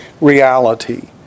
reality